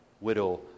widow